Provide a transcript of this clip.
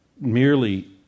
Merely